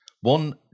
One